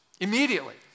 Immediately